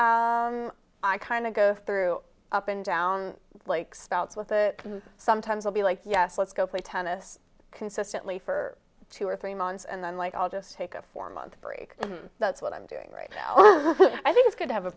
i kind of go through up and down like spouts with the sometimes i'll be like yes let's go play tennis consistently for two or three months and then like i'll just take a four month break that's what i'm doing right now i think it's good to have a